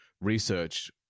research